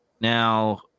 Now